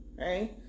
right